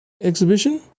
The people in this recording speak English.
exhibition